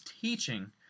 teaching